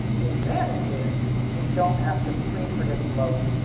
the advantage is you don't have to pre-predict load,